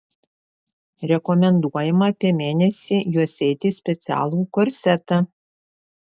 rekomenduojama apie mėnesį juosėti specialų korsetą